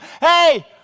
Hey